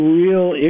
real